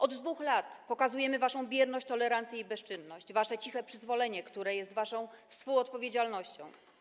Od 2 lat pokazujemy waszą bierność, tolerancję i bezczynność, wasze ciche przyzwolenie, które jest waszą współodpowiedzialnością.